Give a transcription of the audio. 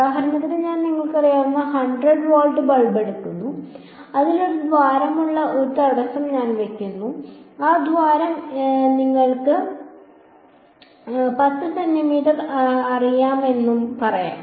ഉദാഹരണത്തിന് ഞാൻ നിങ്ങൾക്കറിയാവുന്ന 100 വാട്ട് ബൾബ് എടുക്കുന്നു അതിൽ ഒരു ദ്വാരമുള്ള ഒരു തടസ്സം ഞാൻ വയ്ക്കുന്നു ആ ദ്വാരം നിങ്ങൾക്ക് 10 സെന്റീമീറ്റർ അറിയാമെന്ന് പറയാം